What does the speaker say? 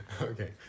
okay